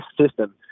system